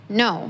no